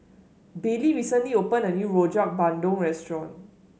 Bailey recently opened a new Rojak Bandung restaurant